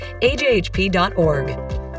AJHP.org